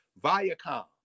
Viacom